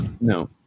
No